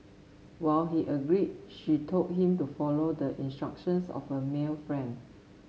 when he agree she told him to follow the instructions of a male friend